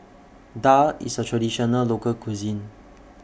Daal IS A Traditional Local Cuisine